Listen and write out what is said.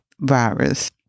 virus